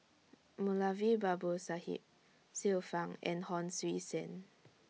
Moulavi Babu Sahib Xiu Fang and Hon Sui Sen